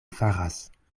faras